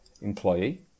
employee